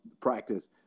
practice